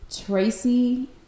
tracy